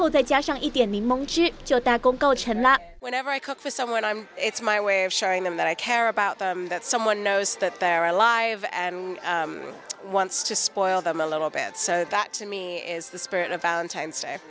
friendship whenever i cook for someone i'm it's my way of showing them that i care about them that someone knows that they're alive and wants to spoil them a little bit so that to me is the spirit of valentine's day